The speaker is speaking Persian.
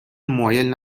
مایل